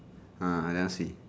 uh I never see